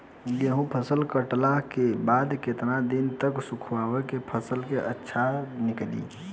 गेंहू फसल कटला के बाद केतना दिन तक सुखावला से फसल अच्छा निकली?